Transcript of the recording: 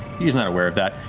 he's not aware of that.